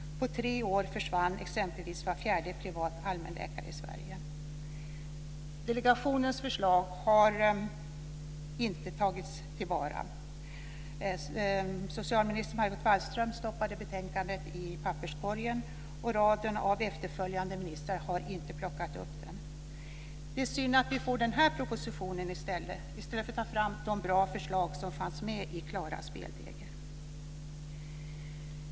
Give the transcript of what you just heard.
På tre år försvann exempelvis var fjärde privat allmänläkare i Sverige. Delegationens förslag har inte tagits till vara. Socialminister Margot Wallström stoppade betänkandet i papperskorgen, och raden av efterföljande ministrar har inte plockat upp det. Det är synd att vi får den här propositionen i stället för att ta fram de bra förslag som fanns med i Klara spelregler.